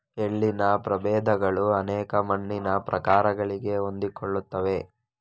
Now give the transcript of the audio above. ಎಳ್ಳಿನ ಪ್ರಭೇದಗಳು ಅನೇಕ ಮಣ್ಣಿನ ಪ್ರಕಾರಗಳಿಗೆ ಹೊಂದಿಕೊಳ್ಳುತ್ತವೆ